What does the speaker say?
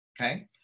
okay